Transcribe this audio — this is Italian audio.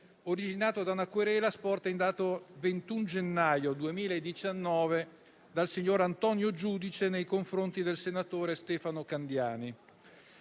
originato da una querela sporta in data 21 gennaio 2019 dal signor Antonio Giudice nei confronti del senatore Stefano Candiani.